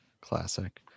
Classic